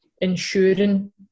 ensuring